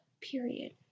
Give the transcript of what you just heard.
Period